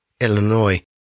Illinois